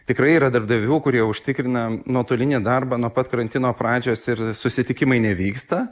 tikrai yra darbdavių kurie užtikrina nuotolinį darbą nuo pat karantino pradžios ir susitikimai nevyksta